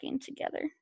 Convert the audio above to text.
together